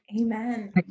Amen